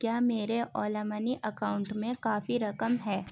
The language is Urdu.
کیا میرے اولا منی اکاؤنٹ میں کافی رقم ہے